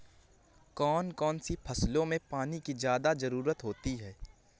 कौन कौन सी फसलों में पानी की ज्यादा ज़रुरत होती है?